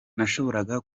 nashoboraga